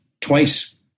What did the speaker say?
twice